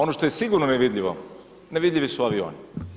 Ono što je sigurno nevidljivo nevidljivi su avioni.